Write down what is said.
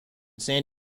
san